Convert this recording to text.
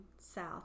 south